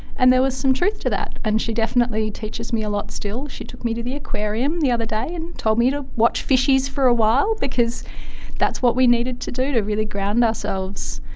and there was some truth to that. and she definitely teaches me a lot still. she took me to the aquarium the other day and and told me to watch fishies for a while because that's what we needed to do to really ground ourselves.